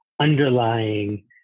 underlying